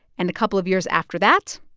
and a couple of years after that,